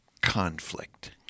conflict